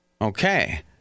Okay